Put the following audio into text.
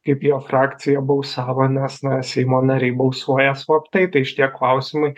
kaip jo frakcija balsavo nes na seimo nariai balsuoja slaptai tai šitie klausimai